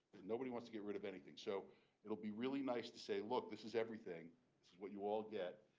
and nobody wants to get rid of anything. so it will be really nice to say look this is everything. this is what you all get.